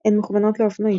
הן מכוונות לאופנועים,